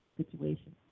situation